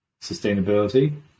sustainability